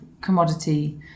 commodity